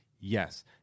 Yes